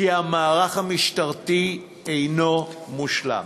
כי המערך המשטרתי אינו מושלם.